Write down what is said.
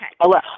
Okay